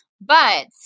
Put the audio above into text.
But-